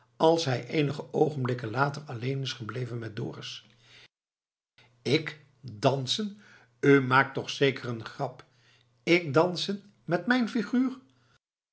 als hij eenige oogenblikken later alleen is gebleven met dorus ik dansen u maakt toch zeker een grap ik dansen met mijn figuur